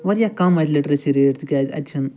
واریاہ کَم اَتہِ لِٹریسی ریٹ تِکیٛازِ اَتہِ چھِنہٕ